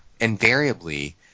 invariably